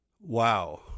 Wow